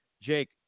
Jake